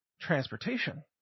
transportation